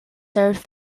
served